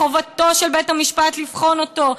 חובתו של בית המשפט לבחון אותו",